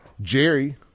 Jerry